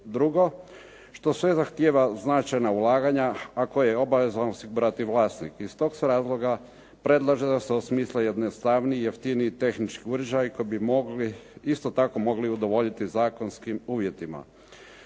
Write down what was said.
dr. Što sve zahtijeva značajna ulaganja, a koje obavezan osigurati vlasnik. Iz toga se razloga predlaže da se osmisle jednostavniji i jeftiniji tehnički uređaji koji bi mogli isto tako mogli udovoljiti zakonskim uvjetima.